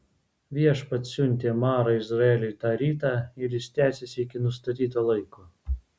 viešpats siuntė marą izraeliui tą rytą ir jis tęsėsi iki nustatyto laiko